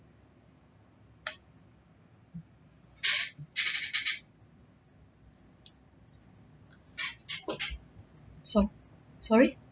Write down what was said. so~ sorry